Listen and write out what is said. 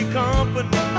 company